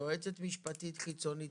יועצת משפטית חיצונית,